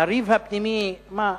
הריב הפנימי, מה?